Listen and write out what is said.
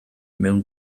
mewn